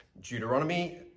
Deuteronomy